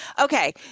Okay